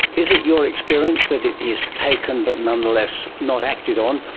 is it your experience that it is taken but nonetheless not acted on,